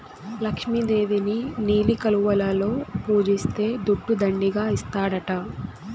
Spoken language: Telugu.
లక్ష్మి దేవిని నీలి కలువలలో పూజిస్తే దుడ్డు దండిగా ఇస్తాడట